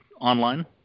online